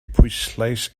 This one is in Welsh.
pwyslais